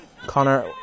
Connor